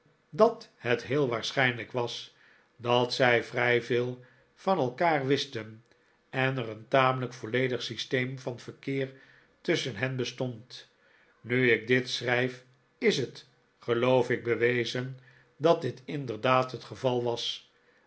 dat het heel waarschijnlijk was dat zij vrij veel van elkaar wisten en er een tamelijk volledig systeem van verkeer tusschen hen bestond nu ik dit schrijf is het geloof ik bewezen dat dit inderdaad het geval was